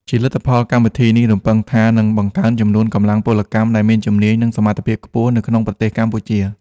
ជាលទ្ធផល កម្មវិធីនេះរំពឹងថានឹងបង្កើនចំនួន កម្លាំងពលកម្មដែលមានជំនាញ និងសមត្ថភាពខ្ពស់ នៅក្នុងប្រទេសកម្ពុជា។